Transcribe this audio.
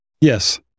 Yes